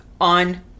On